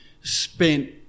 spent